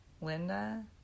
Linda